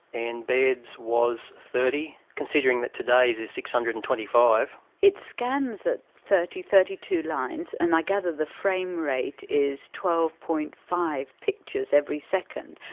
and baird's was thirty, considering that today's is six hundred and twenty five. it scans at thirty, thirty two lines, and i gather the frame rate is twelve. five pictures every second.